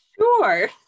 Sure